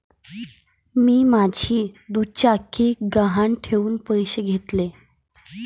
मी माझी दुचाकी गहाण ठेवून पैसे घेतले